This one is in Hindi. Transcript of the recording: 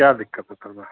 क्या दिक्कत है सर में